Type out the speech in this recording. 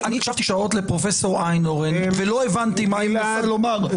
אני הקשבתי שעות לפרופסור איינהורן ולא הבנתי מה היא רוצה לומר,